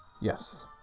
Yes